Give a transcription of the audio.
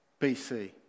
BC